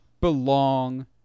belong